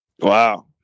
Wow